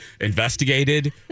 investigated